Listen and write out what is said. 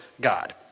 God